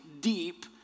deep